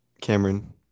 Cameron